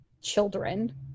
children